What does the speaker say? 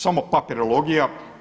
Samo papirologija.